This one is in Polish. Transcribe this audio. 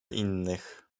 innych